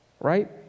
Right